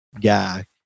guy